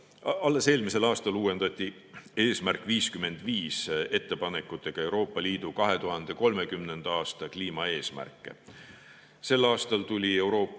Alles eelmisel aastal uuendati "Eesmärk 55" ettepanekutega Euroopa Liidu 2030. aasta kliimaeesmärke. Sel aastal tuli Euroopa